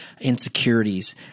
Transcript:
insecurities